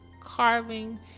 carving